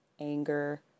anger